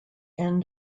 end